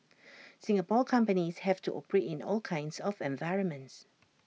Singapore companies have to operate in all kinds of environments